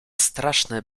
straszne